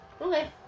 Okay